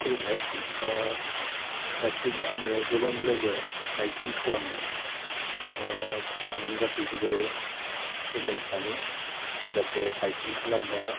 खुलुमबाय दासिम आङो गोबां जायगायाव बाइकिं खालामबाय आं गासैखौबो फोरमायनो सानो जाहाथे बाइकिं खालामबा